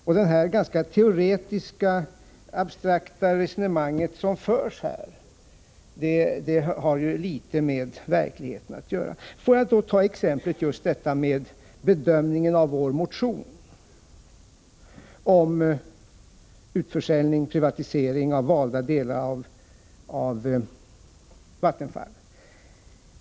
Och det ganska teoretiska och abstrakta resonemang som Bo Södersten för har litet med verkligheten att göra. Låt mig som exempel ta bedömningen av vår motion om privatiseringen av valda delar av Vattenfall.